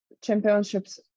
championships